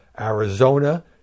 Arizona